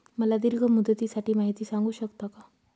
मला दीर्घ मुदतीसाठी माहिती सांगू शकता का?